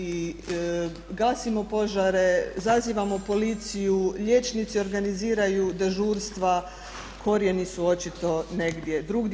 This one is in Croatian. I gasimo požare, zazivamo policiju, liječnici organiziraju dežurstva, korijeni su očito negdje drugdje.